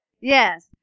Yes